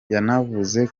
yanavuze